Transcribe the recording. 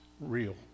real